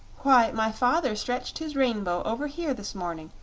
why, my father stretched his rainbow over here this morning,